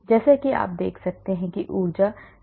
जैसा कि आप देख सकते हैं कि ऊर्जा 65 किलो कैलोरी है